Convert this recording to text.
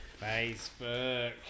Facebook